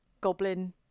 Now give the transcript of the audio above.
goblin